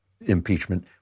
impeachment